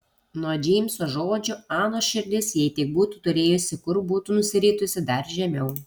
nuo džeimso žodžių anos širdis jei tik būtų turėjusi kur būtų nusiritusi dar žemiau